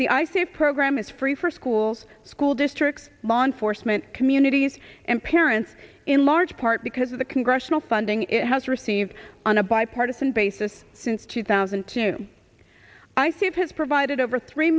the i say program is free for schools school districts law enforcement communities and parents in large part because of the congressional funding it has received on a bipartisan basis since two thousand and two i see it has provided over three